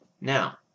Now